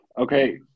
okay